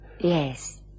Yes